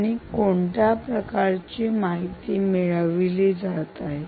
आणि कोणत्या प्रकारची माहिती मिळविली जात आहे